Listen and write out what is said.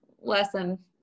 lesson